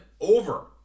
over